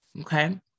Okay